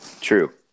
true